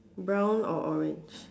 brown or orange